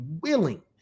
willing